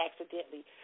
accidentally